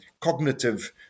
cognitive